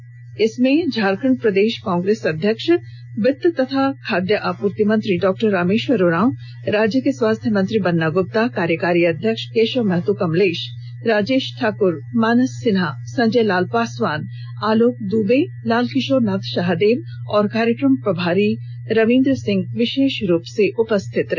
इस मौन सत्याग्रह में झारखण्ड प्रदेश कांप्रेस अध्यक्ष वित्त व खाद्य आपूर्ति मंत्री डॉ रामेश्वर उराँव राज्य के स्वास्थ्य मंत्री बन्ना गुप्ता कार्यकारी अध्यक्ष केशव महतो कमलेश राजेश ठाकुर मानस सिन्हा संजय लाल पासवान आलोक दुबे लाल किशोरनाथ शाहदेव और कार्यक्रम प्रभारी रविन्द्र सिंह विशेष रूप से उपस्थित रहे